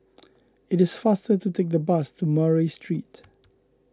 it is faster to take the bus to Murray Street